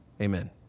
amen